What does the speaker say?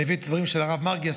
אני מביא דברים של הרב מרגי,